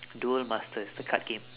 duel masters the card game